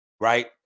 right